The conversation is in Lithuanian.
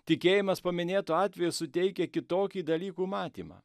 tikėjimas paminėtu atveju suteikia kitokį dalykų matymą